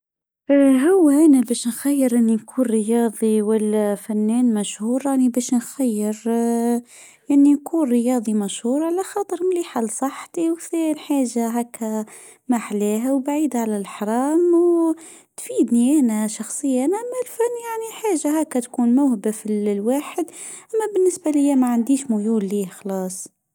اه ها هو هاني داك الخير اني نكون رياضي ولا فنان مشهور انا باش نخير اه اني نكون رياضي مشهور على خاطر مليحة لصاحبي وفيه الحاجة هاكا ماحلاها وبعيد على الحرام تفيدني انا شخصيا يعني حاجة كتكون الواحد اما بالنسبة ليا معنديش خلاص